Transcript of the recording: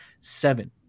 seven